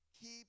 keep